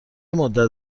مدت